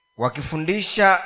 wakifundisha